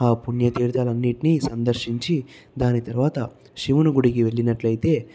ఆ పుణ్య తీర్థాలు అన్నింటిని సందర్శించి దాని తర్వాత శివుని గుడికి వెళ్ళినట్లయితే